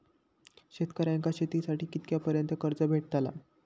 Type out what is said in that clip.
शेतकऱ्यांका शेतीसाठी कितक्या पर्यंत कर्ज भेटताला?